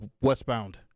westbound